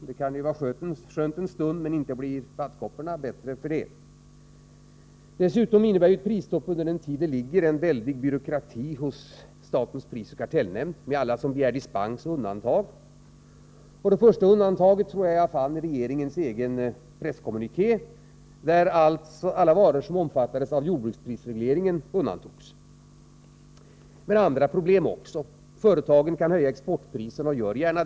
Det kan vara skönt en stund, men inte blir det bättre för det. Dessutom innebär ett prisstopp under den tid det gäller omfattande byråkrati hos statens prisoch kartellnämnd, med alla som begär dispens och undantag. Det första undantaget är regeringens egen presskommuniké, enligt vilken alla varor som omfattades av jordbruksprisregleringen undantogs. Men detta kan medföra också andra problem. Företagen kan höja exportpriserna och gör det gärna.